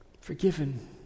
forgiven